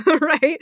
right